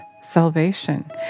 salvation